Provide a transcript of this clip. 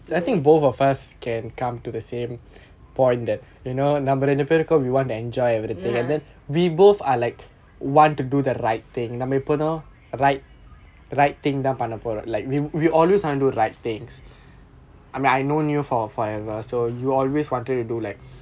ya